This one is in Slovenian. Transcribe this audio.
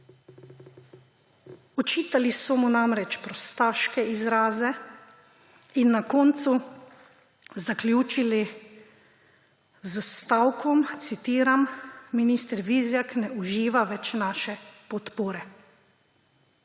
Očitali so mu namreč prostaške izraze in na koncu zaključili s stavkom, citiram: »Minister Vizjak ne uživa več naše podpore.«